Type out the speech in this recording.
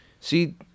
See